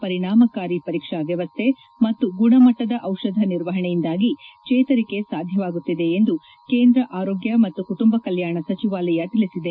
ಪರಿಣಾಮಕಾರಿ ಪರೀಕ್ಷಾ ವ್ಯವಸ್ಥೆ ಮತ್ತು ಗುಣಮಟ್ಟದ ದಿಷಧ ನಿರ್ವಹಣೆಯಿಂದಾಗಿ ಚೇತರಿಕೆ ಸಾಧ್ಯವಾಗುತ್ತಿದೆ ಎಂದು ಕೇಂದ್ರ ಆರೋಗ್ಯ ಮತ್ತು ಕುಟುಂಬ ಕಲ್ಲಾಣ ಸಚಿವಾಲಯ ತಿಳಿಸಿದೆ